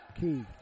Key